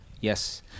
Yes